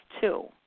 two